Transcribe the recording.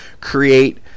create